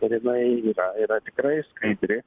ir jinai yra yra tikrai skaidri